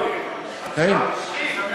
אקס שמנמן.